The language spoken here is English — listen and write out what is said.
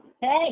Hey